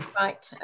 Right